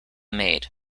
maid